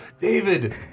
David